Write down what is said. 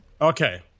Okay